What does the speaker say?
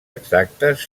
exactes